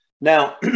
Now